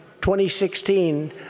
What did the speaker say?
2016